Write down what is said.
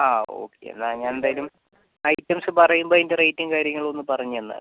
ആ ഓക്കെ എന്നാൽ ഞാൻ എന്തായാലും ഐറ്റംസ് പറയുമ്പോൾ അതിൻ്റെ റേറ്റും കാര്യങ്ങളും ഒന്ന് പറഞ്ഞ് തന്നാൽ മതി